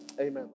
amen